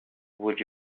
would